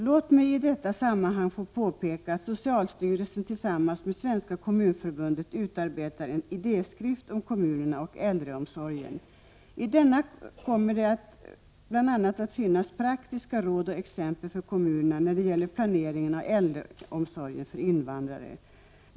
Låt mig i detta sammanhang få påpeka att socialstyrelsen nu tillsammans med Svenska kommunförbundet utarbetar en idéskrift om kommunerna och äldreomsorgen. ---I denna kommer det bl.a. att finnas praktiska råd och exempel för kommunerna när det gäller planeringen av äldreomsorgen för invandrare.